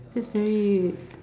just very